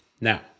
Now